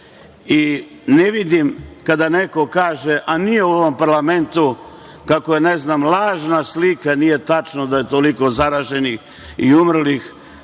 i ne vidim kada neko kaže, a nije u ovom parlamentu, kako je, ne znam, lažna slika, nije tačno da je toliko zaraženih i umrlih. Ko